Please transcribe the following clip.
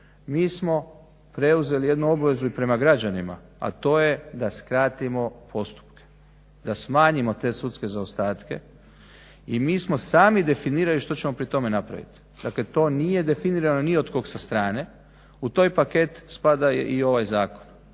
mi smo preuzeli jednu obvezu i prema građanima, a to je da skratimo postupke, da smanjimo te sudske zaostatke, i mi smo sami definirali što ćemo pri tome napraviti. Dakle to nije definirano ni od kog sa strane, u taj paket spada i ovaj zakon,